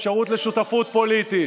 אפשרות לשותפות פוליטית.